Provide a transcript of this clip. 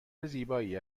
زیبایی